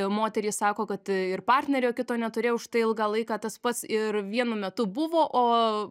moterys sako kad ir partnerio kito neturėjo už tai ilgą laiką tas pats ir vienu metu buvo o